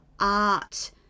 art